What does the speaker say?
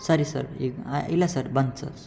ಸರಿ ಸರ್ ಈಗ ಇಲ್ಲ ಸರ್ ಬಂತು ಸರ್